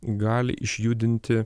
gali išjudinti